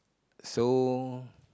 so